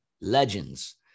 legends